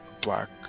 black